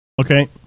Okay